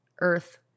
earth